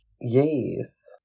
Yes